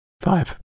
Five